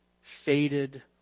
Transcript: faded